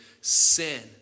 sin